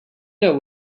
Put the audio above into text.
know